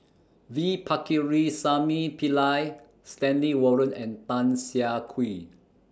V Pakirisamy Pillai Stanley Warren and Tan Siah Kwee